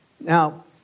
Now